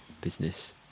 business